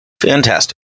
fantastic